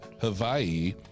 hawaii